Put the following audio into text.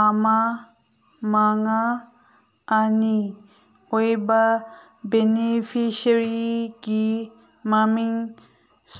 ꯑꯃ ꯃꯉꯥ ꯑꯅꯤ ꯑꯣꯏꯕ ꯕꯦꯅꯤꯐꯤꯁꯔꯤꯒꯤ ꯃꯃꯤꯡ